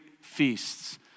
feasts